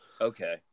Okay